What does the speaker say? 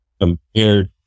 compared